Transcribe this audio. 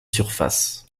surface